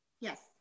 Yes